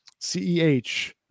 CEH